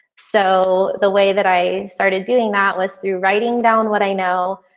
so the way that i started doing that was through writing down what i know,